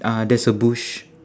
uh there's a bush